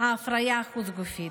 ההפריה החוץ-גופית.